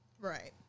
Right